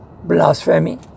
Blasphemy